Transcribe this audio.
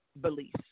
beliefs